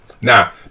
Now